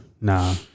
nah